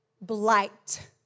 blight